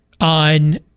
on